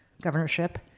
governorship